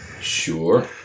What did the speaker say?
Sure